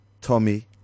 Tommy